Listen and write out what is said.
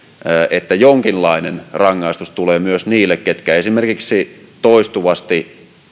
että jonkinlainen rangaistus tulee myös niille jotka esimerkiksi toistuvasti